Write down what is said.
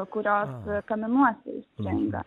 kurios kaminuose įstringa